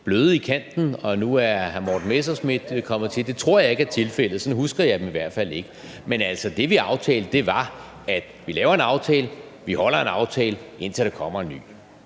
bløde i kanten, og nu er hr. Morten Messerschmidt kommet til. Det tror jeg ikke er tilfældet. Sådan husker jeg dem i hvert fald ikke. Men det, vi aftalte, var, at vi laver en aftale. Vi holder en aftale, indtil der kommer en ny.